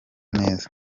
neza